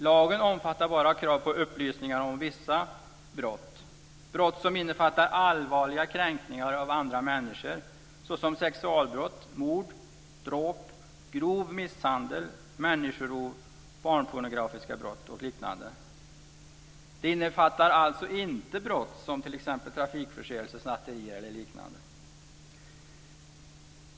Lagen omfattar bara krav på upplysningar om vissa brott som innefattar allvarliga kränkningar av andra människor - sexualbrott, mord, dråp, grov misshandel, människorov, barnpornografiska brott och liknande. Den innefattar alltså inte brott som trafikförseelser, snatterier eller liknande.